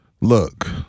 look